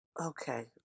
Okay